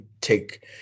take